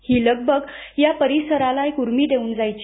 ही लगबग या परिसराला एक उर्मी देऊन जायची